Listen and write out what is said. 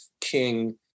King